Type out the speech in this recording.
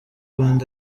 manda